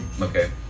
okay